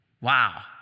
Wow